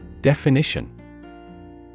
Definition